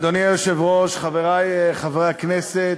אדוני היושב-ראש, חברי חברי הכנסת,